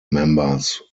members